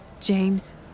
James